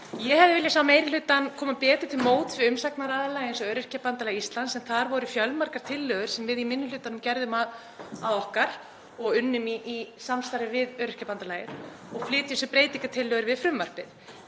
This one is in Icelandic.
Ég hefði viljað sjá meiri hlutann koma betur til móts við umsagnaraðila eins og Öryrkjabandalag Íslands við frumvarpið en þar voru fjölmargar tillögur sem við í minni hlutanum gerðum að okkar og unnum í samstarfi við Öryrkjabandalagið og flytjum sem breytingartillögur við frumvarpið.